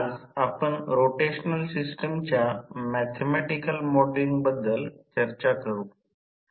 आज आपण रोटेशनल सिस्टमच्या मॅथॅमॅटिकल मॉडेलिंग बद्दल चर्चा करू